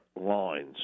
lines